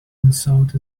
unsought